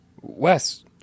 Wes